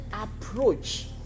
approach